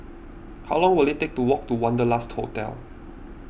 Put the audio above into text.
how long will it take to walk to Wanderlust Hotel